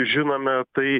žinome tai